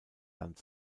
land